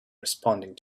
responding